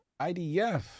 IDF